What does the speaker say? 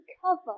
cover